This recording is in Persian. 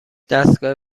دستگاه